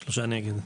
3 נמנעים,